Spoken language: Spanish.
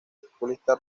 futbolista